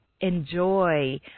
enjoy